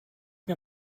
mir